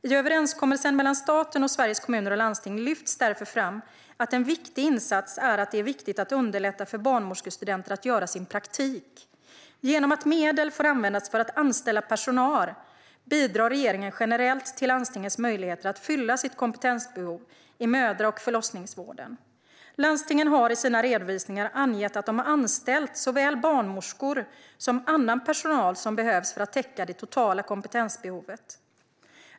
I överenskommelserna mellan staten och Sveriges Kommuner och Landsting lyfts därför fram att en viktig insats är att underlätta för barnmorskestudenter att göra sin praktik. Genom att medel får användas för att anställa personal bidrar regeringen generellt till landstingens möjligheter att fylla sitt kompetensbehov i mödra och förlossningsvården. Landstingen har i sina redovisningar angett att de anställt såväl barnmorskor som annan personal som behövs för att täcka det totala kompetensbehovet.